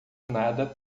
nada